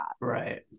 Right